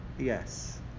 yes